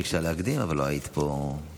ביקשת להקדים, אבל לא היית פה כשהתחלנו.